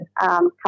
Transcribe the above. come